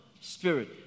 Spirit